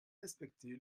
respecté